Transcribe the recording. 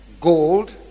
gold